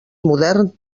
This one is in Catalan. modern